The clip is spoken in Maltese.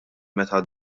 meta